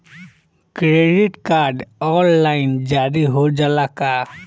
Credit card online जारी हो जाला का?